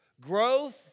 Growth